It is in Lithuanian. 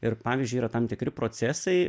ir pavyzdžiui yra tam tikri procesai